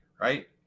right